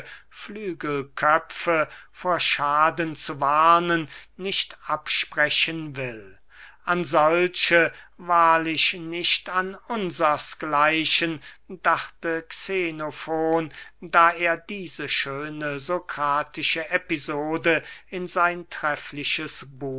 flügelköpfe vor schaden zu warnen nicht absprechen will an solche wahrlich nicht an unsers gleichen dachte xenofon da er diese schöne sokratische episode in sein treffliches